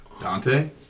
Dante